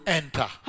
enter